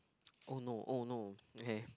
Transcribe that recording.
oh no oh no okay